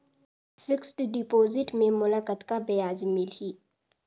Fixed deposit मे मोला कतका ब्याज मिलही?